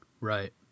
Right